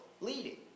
leading